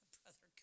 Brother